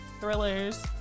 thrillers